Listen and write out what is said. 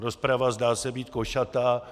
Rozprava zdá se být košatá.